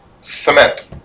Cement